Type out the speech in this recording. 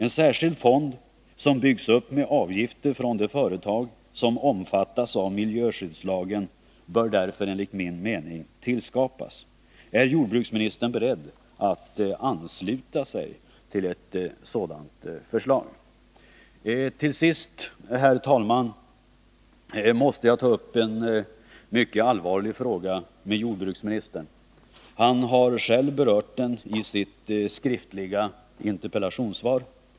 En särskild fond, som byggs upp med avgifter från de företag som omfattas av miljöskyddslagen, bör därför enligt min mening tillskapas. Är jordbruksministern beredd att ansluta sig till ett sådant förslag? Till sist, herr talman, måste jag ta upp en mycket allvarlig fråga med jordbruksministern. Han har själv berört den i sitt skriftliga interpellationssvar.